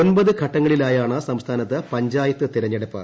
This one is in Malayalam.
ഒൻപത് ഘട്ടങ്ങളിലായാണ് സംസ്ഥാനത്ത് പഞ്ചായത്ത് തെരഞ്ഞെടുപ്പ്